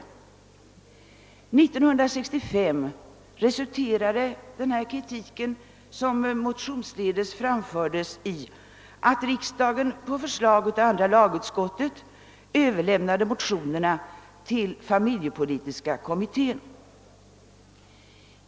1965 resulterade denna kritik, som framfördes motionsledes, i att riksdagen på förslag av andra lagutskottet överlämnade motionerna till familjepolitiska kommittén.